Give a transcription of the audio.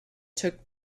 took